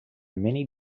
many